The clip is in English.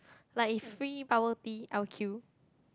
like if free bubble tea I'll queue